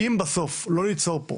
אם בסוף לא ניצור פה